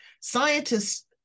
Scientists